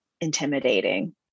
intimidating